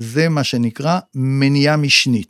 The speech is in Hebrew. זה מה שנקרא מניעה משנית.